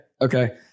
Okay